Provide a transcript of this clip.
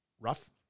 rough